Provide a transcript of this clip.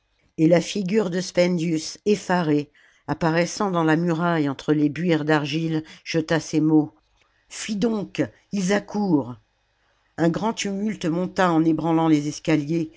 et la figure de spendius effarée apparaissant dans la muraille entre les buires d'argile jeta ces mots fuis donc ils accourent un grand tumulte monta en ébranlant les escaliers